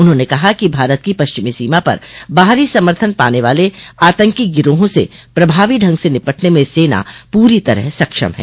उन्होंने कहा कि भारत की पश्चिमी सीमा पर बाहरी समर्थन पाने वाले आतंकी गिरोहों से प्रभावी ढंग से निपटने में सेना पूरी तरह सक्षम है